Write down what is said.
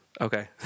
Okay